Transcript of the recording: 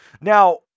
Now